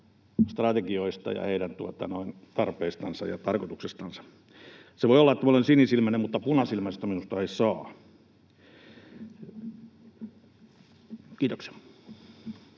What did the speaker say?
strategioista ja heidän tarpeistansa ja tarkoituksistansa. Voi olla, että olen sinisilmäinen, mutta punasilmäistä minusta ei saa. — Kiitoksia.